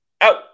out